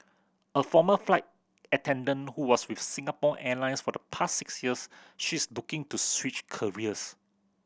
a former flight attendant who was with Singapore Airlines for the past six years she is looking to switch careers